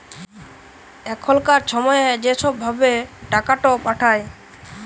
এখলকার ছময়ে য ছব ভাবে টাকাট পাঠায়